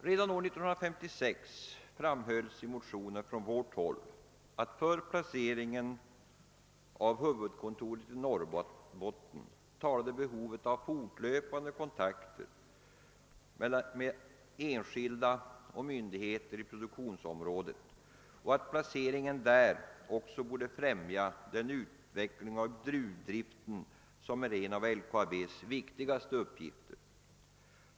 Redan år 1956 framhölls i motioner från vårt håll att för placeringen av huvudkontoret i Norrbotten talade behovet av fortlöpande kontakter med enskilda och myndigheter i produktionsområdet och att placeringen där också borde främja den utveckling av gruvdriften som är en av LKAB:s viktigaste uppgifter.